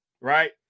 Right